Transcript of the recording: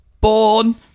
born